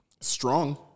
Strong